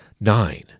Nine